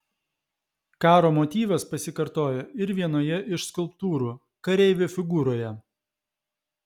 karo motyvas pasikartoja ir vienoje iš skulptūrų kareivio figūroje